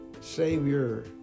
Savior